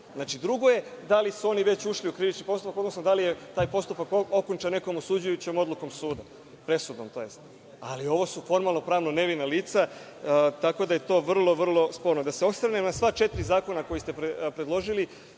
drugo je da li su oni već ušli u krivični postupak, odnosno da li je taj postupak okončan nekom osuđujućom odlukom suda, presudom tj. ali ovo su formalno-pravno nevina lica, tako da je to vrlo, vrlo sporno. Da se osvrnem na sva četiri zakona koje ste predložili,